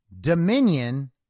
Dominion